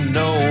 no